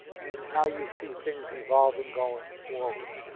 and how you see things evolving going forward?